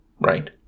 right